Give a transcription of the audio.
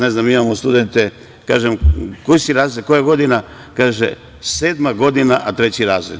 Ne znam ni ja, imamo studente, kažem – koji si razred, koja godina, kaže – sedma godina, a treći razred.